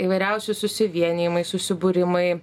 įvairiausi susivienijimai susibūrimai